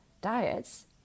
diets